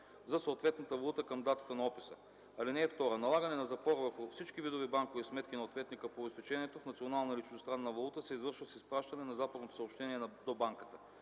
за съответната валута към датата на описа. (2) Налагане на запор върху всички видове банкови сметки на ответника по обезпечението в национална или чуждестранна валута се извършва с изпращане на запорното съобщение до банката.